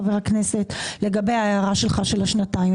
חבר הכנסת לגבי ההערה שלך של השנתיים,